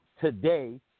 today